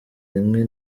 rimwe